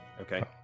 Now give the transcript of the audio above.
okay